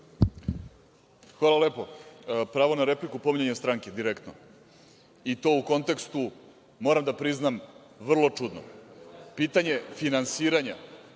Hvala lepo. Pravo na repliku - pominjanje stranke direktno i to u kontekstu, moram da priznam, vrlo čudnom, pitanje finansiranja